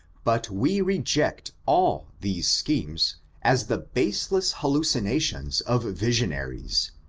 but we reject all these schemes as the baseless hallucinations of vissionaries,